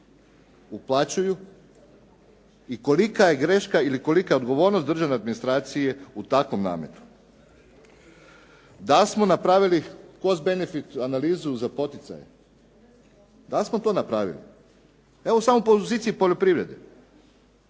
uplaćuju i kolika je greška ili kolika je odgovornost državne administracije u takvom nametu. Da smo napravili post benefit analizu za poticaje? Da smo to napravili, evo samo u poziciji poljoprivrede.